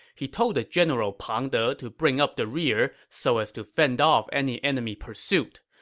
he told the general pang de to bring up the rear so as to fend off any enemy pursuit.